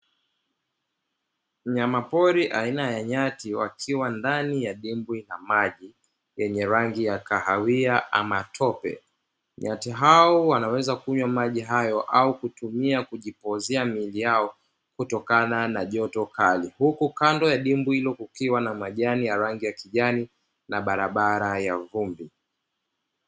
Mnyama pori aina ya nyati wakiwa ndani ya dimbwi la maji lenye rangi ya kahawia ama tope nyati hao wanaweza kunywa maji hayo au kutumia kujipoozea miili yao kutokana na joto kali, huku kando ya dimbwi hilo kukiwa na majani ya rangi ya kijani na barabara ya vumbi.